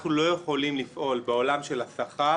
אנחנו לא יכולים לפעול בעולם של השכר